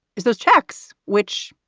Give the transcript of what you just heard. is those checks which,